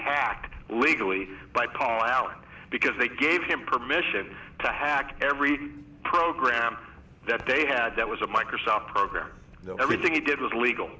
hacked legally by paul allen because they gave him permission to hack every program that they had that was a microsoft program everything it did was legal